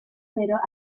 pero